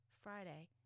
Friday